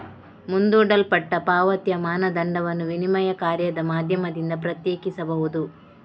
ಮುಂದೂಡಲ್ಪಟ್ಟ ಪಾವತಿಯ ಮಾನದಂಡವನ್ನು ವಿನಿಮಯ ಕಾರ್ಯದ ಮಾಧ್ಯಮದಿಂದ ಪ್ರತ್ಯೇಕಿಸಬಹುದು